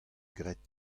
graet